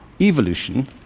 evolution